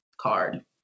card